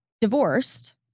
divorced